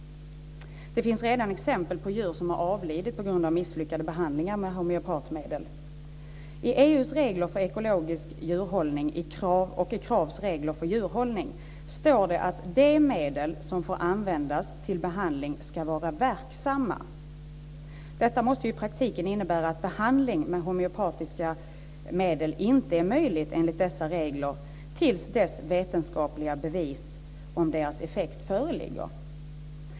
Det finns redan exempel på djur som har avlidit på grund av misslyckade behandlingar med homeopatiska medel. Kravs regler för djurhållning står det att de medel som får användas för behandling ska vara verksamma. Detta måste i praktiken innebära att behandling med homeopatiska medel inte är möjlig enligt dessa regler till dess vetenskapliga bevis om deras effekt föreligger.